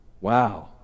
Wow